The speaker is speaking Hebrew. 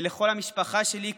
ולכל המשפחה שלי,